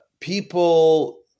people